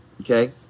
okay